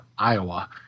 Iowa